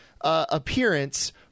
appearance